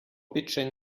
bitteschön